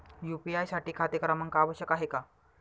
UPI साठी खाते क्रमांक आवश्यक आहे का?